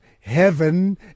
heaven